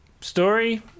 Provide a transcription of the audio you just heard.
Story